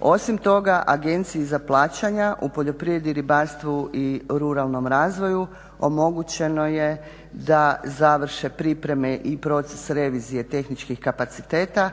Osim toga Agenciji za plaćanja u poljoprivredi, ribarstvu i ruralnom razvoju omogućeno je da završe pripreme i proces revizije tehničkih kapaciteta,